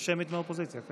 יש שמית מהאופוזיציה על